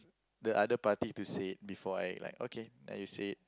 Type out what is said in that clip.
the other party to say it before I like okay then you say it